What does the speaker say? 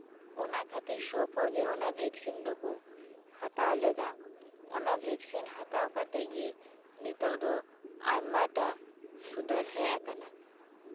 ᱚᱱᱟ ᱠᱷᱟᱹᱛᱤᱨ ᱡᱚᱛᱚ ᱦᱚᱲᱜᱮ ᱚᱱᱟ ᱵᱷᱮᱠᱥᱤᱱ ᱫᱚᱠᱚ ᱦᱟᱛᱟᱣ ᱞᱮᱫᱟ ᱚᱱᱟ ᱵᱷᱮᱠᱥᱤᱱ ᱦᱟᱛᱟᱣ ᱠᱟᱛᱮᱫ ᱜᱮ ᱱᱤᱛᱳᱜ ᱫᱚ ᱟᱭᱢᱟᱴᱟᱜ ᱥᱩᱫᱷᱟᱹᱨ ᱦᱮᱡ ᱟᱠᱟᱱᱟ